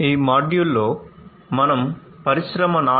ఈ మాడ్యూల్లో మనం పరిశ్రమ 4